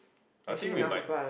I think we might